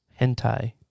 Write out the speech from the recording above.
hentai